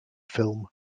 film